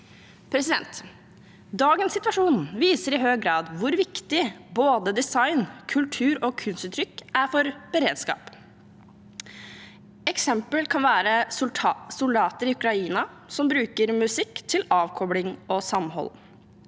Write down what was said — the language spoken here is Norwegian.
beredskap. Dagens situasjon viser i høy grad hvor viktig både design, kultur og kunstuttrykk er for beredskap. Eksempler kan være soldater i Ukraina som bruker musikk til avkobling og samhold,